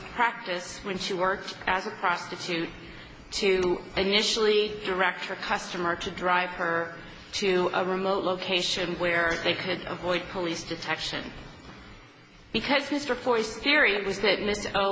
practice when she worked as a prostitute to initially direct for a customer to drive her to a remote location where they could avoid police detection because